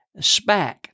Spack